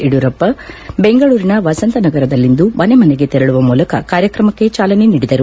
ಯಡಿಯೂರಪ್ಪ ಬೆಂಗಳೂರಿನ ವಸಂತನಗರ ದಲ್ಲಿಂದು ಮನೆ ಮನೆಗೆ ತೆರಳುವ ಮೂಲಕ ಕಾರ್ಯಕ್ರಮಕ್ಕೆ ಚಾಲನೆ ನೀಡಿದರು